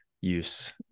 use